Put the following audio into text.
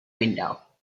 window